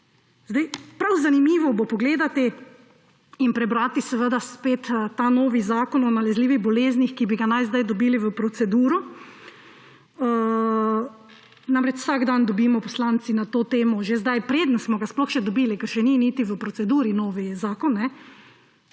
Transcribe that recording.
Prav zanimivo bo pogledati in prebrati seveda spet ta novi zakon o nalezljivih boleznih, ki bi ga naj zdaj dobili v proceduro. Namreč vsak dan dobimo poslanci na to temo že zdaj, preden smo ga sploh dobili, ker še ni niti v proceduri novi zakon,